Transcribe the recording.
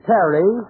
Terry